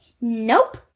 Nope